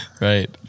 right